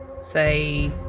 say